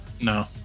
No